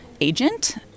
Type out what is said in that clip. agent